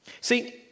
See